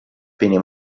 pene